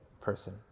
person